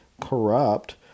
corrupt